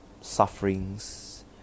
sufferings